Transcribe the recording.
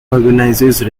organises